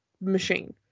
machine